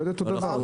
לא אותו דבר.